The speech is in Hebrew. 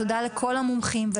תודה לכל המומחים,